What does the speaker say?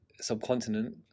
Subcontinent